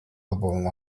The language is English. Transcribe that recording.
elbowing